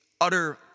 utter